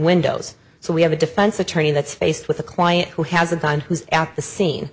windows so we have a defense attorney that's faced with a client who has the time who's at the scene